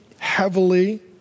Heavily